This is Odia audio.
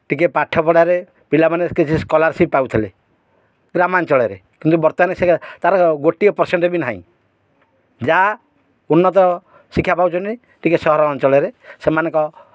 ଟିକେ ପାଠପଢ଼ାରେ ପିଲାମାନେ କିଛି ସ୍କଲାରସିପ୍ ପାଉଥିଲେ ଗ୍ରାମାଞ୍ଚଳରେ କିନ୍ତୁ ବର୍ତ୍ତମାନ ସେ ତା'ର ଗୋଟିଏ ପରସେଣ୍ଟ ବି ନାହିଁ ଯାହା ଉନ୍ନତ ଶିକ୍ଷା ପାଉଛନ୍ତି ଟିକେ ସହର ଅଞ୍ଚଳରେ ସେମାନଙ୍କ